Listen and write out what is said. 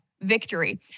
victory